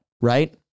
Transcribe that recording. right